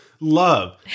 Love